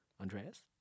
Andreas